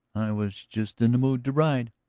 was just in the mood to ride.